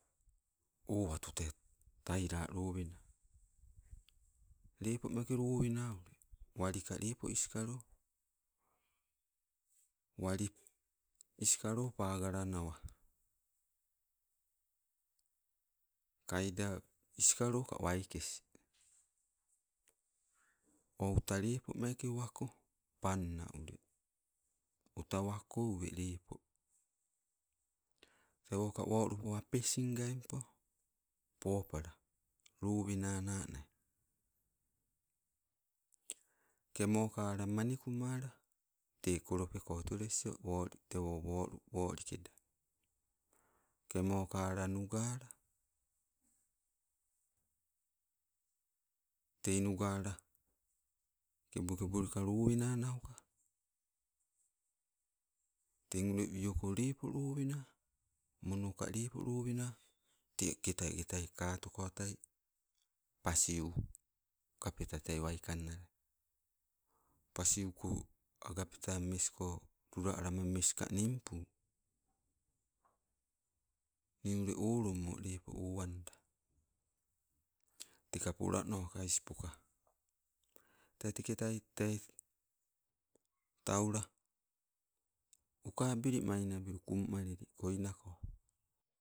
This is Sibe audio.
Owatu te, taila lowena lepo meeke lowena ule walika lepo iskalo. Wali isikalo pagalanawa kaida isikaloka waikes, o uta lepomeke wako panna ule, uta wako ule lepo. Tewoka wolupo apesingaipo, popala lowenanai. Kemokala manikumala te kolopeko otoles o, woli tewo lup wolikeda, kemokala nugala. Tei nugala kebo kebo leka lowenanauuka. Teng ule wioko lepo lowena monoka lepo lowena. Teke tai agetai katokoitai pasiu, kapeta tei waikannala, pasiuko agapeta mesko luwa alama meiska ninpu. Nii ule olomo lepo owanda teka polanoka ispoka tee teketai te taula, uka abili manabilu kummalili koinako.